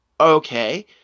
okay